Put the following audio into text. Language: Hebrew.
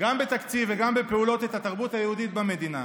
גם בתקציב וגם בפעולות את התרבות היהודית במדינה,